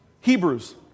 Hebrews